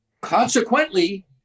consequently